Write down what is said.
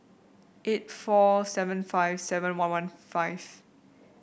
eight four seven five seven one one five